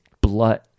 blood